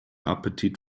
appetit